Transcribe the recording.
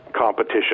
competition